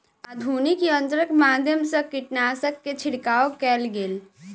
आधुनिक यंत्रक माध्यम सँ कीटनाशक के छिड़काव कएल गेल